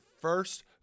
first